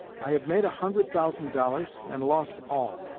i have made a hundred thousand dollars, and lost all.